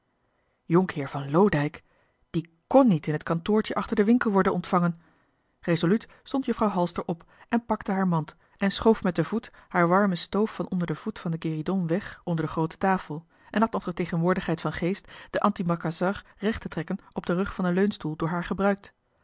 jonkheer van loodijck die kn niet in t kantoortje achter den winkel worden ontvangen resoluut stond juffrouw halster op en pakte haar mand en schoof met den voet haar warme stoof van onder den voet van den guéridon weg onder de groote tafel en had nog de tegenwoordigheid van geest den antimacassar recht te trekken op den rug van den leunstoel door haar gebruikt